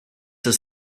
his